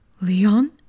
Leon